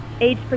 age